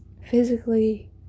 physically